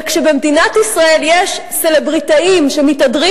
וכשבמדינת ישראל יש סלבריטאים שמתהדרים